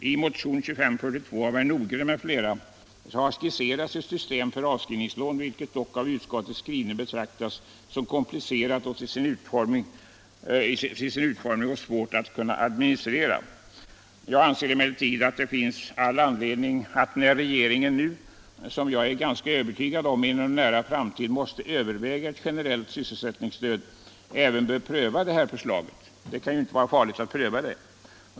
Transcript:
I motionen 2542 av herrar Nordgren och Nyhage har skisserats ett system för avskrivningslån, vilket dock i utskottets skrivning betraktas som komplicerat till sin utformning och svårt att administrera. Jag anser emellertid att det finns all anledning att när regeringen nu, som jag är ganska övertygad om, inom en nära framtid måste överväga ett generellt sysselsättningsstöd även prövar detta förslag. Det kan ju inte vara farligt att pröva det.